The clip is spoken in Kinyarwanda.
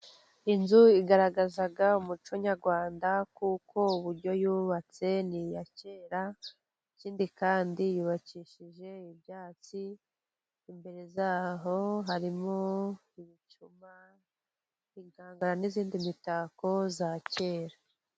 Inzu igaragaza umuco nyarwanda kuko uburyo yubatse ni iya kera, ikindi kandi yubakishije ibyatsi, imbere zaho harimo ibicuma, inkangara, n'indi mitako ya kera.